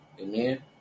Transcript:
Amen